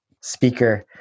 speaker